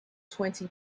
twenty